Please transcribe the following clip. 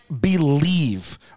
believe